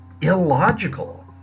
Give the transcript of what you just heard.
illogical